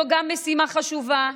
גם זו משימה חשובה: